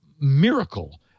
miracle